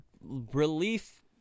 relief